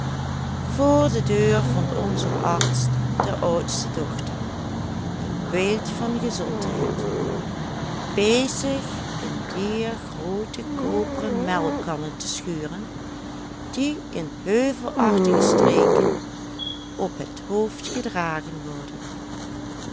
voor de deur vond onze arts de oudste dochter een beeld van gezondheid bezig een dier groote koperen melkkannen te schuren die in heuvelachtige streken op het hoofd gedragen worden